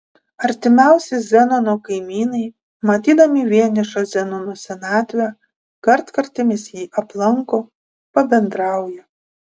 artimiausi zenono kaimynai matydami vienišą zenono senatvę kartkartėmis jį aplanko pabendrauja